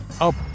up